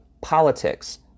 politics